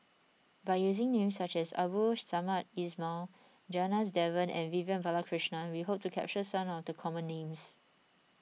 by using names such as Abdul Samad Ismail Janadas Devan and Vivian Balakrishnan we hope to capture some of the common names